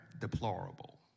deplorable